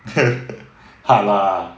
hard lah